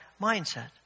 mindset